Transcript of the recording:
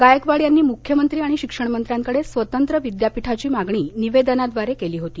गायकवाड यांनी मुख्यमंत्री आणि शिक्षणमंत्र्यांकडे स्वतंत्र विद्यापीठाची मागणी निवेदनाद्वारे केली होती